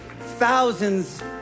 thousands